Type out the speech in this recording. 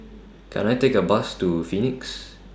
Can I Take A Bus to Phoenix